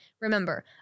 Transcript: Remember